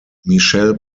michel